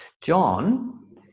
John